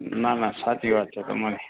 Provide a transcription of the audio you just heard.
ના ના સાચી વાત છે તમારી